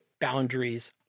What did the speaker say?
Boundaries